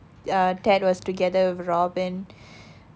err ted was together with robin